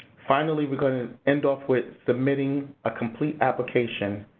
finally, we're gonna end off with submitting a complete application.